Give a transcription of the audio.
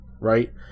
right